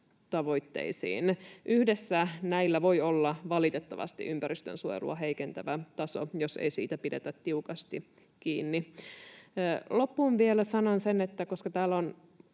yhteisvaikutuksesta. Yhdessä näillä voi olla valitettavasti ympäristönsuojelun tasoa heikentävä vaikutus, jos ei siitä pidetä tiukasti kiinni. Loppuun sanon vielä sen, että koska täällä on